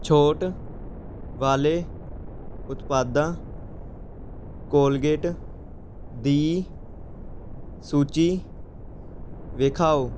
ਛੋਟ ਵਾਲੇ ਉਤਪਾਦਾਂ ਕੋਲਗੇਟ ਦੀ ਸੂਚੀ ਦਿਖਾਉ